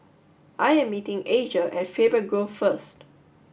I am meeting Asia at Faber Grove first